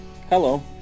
Hello